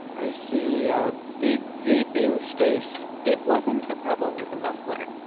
i see a big gaping space it wasn't a problem with the muffler.